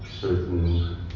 certain